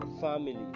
family